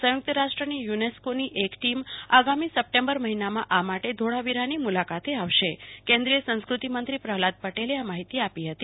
સંયુક્ત રાષ્ટ્રની યુ નેસ્કોની એક ટીમ આગામી સપ્ટેમ્બર મહિનામાં આ માટે ધોળાવીરાની મુલાકાતે આવશે કેન્દ્રીય સંસ્કૃતિ મંત્રી પ્રહલાદ પટેલે આ માહિતી આપી હતી